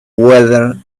weather